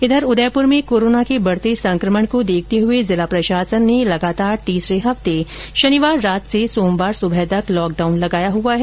उधर उदयपुर में कोरोना के बढ़ते संक्रमण को देखते हुए जिला प्रशासन ने लगातार तीसरे हफ्ते शनिवार रात से सोमवार सुबह तक लॉकडाउन लगाया है